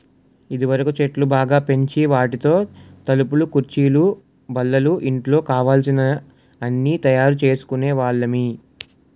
ఇదివరకు చెట్లు బాగా పెంచి వాటితో తలుపులు కుర్చీలు బల్లలు ఇంట్లో కావలసిన అన్నీ తయారు చేసుకునే వాళ్ళమి